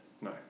No